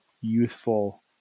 youthful